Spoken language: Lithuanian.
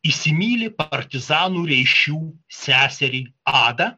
įsimyli partizanų reišių seserį adą